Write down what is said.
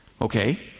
Okay